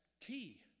key